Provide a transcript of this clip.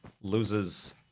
loses